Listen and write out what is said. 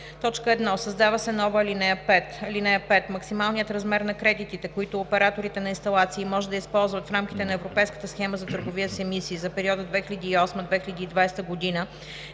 1. Създава се нова ал. 5: „(5) Максималният размер на кредитите, които операторите на инсталации може да използват в рамките на ЕСТЕ (Европейска схема за търговия с емисии) за периода 2008 – 2020 г.,